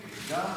אני מבקש ממך,